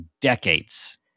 decades